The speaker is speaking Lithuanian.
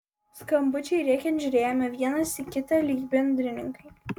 skambučiui rėkiant žiūrėjome vienas į kitą lyg bendrininkai